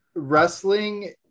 Wrestling